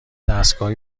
دستگاه